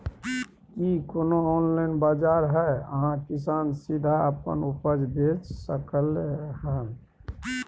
की कोनो ऑनलाइन बाजार हय जहां किसान सीधा अपन उपज बेच सकलय हन?